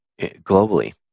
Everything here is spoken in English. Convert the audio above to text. globally